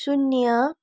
शून्य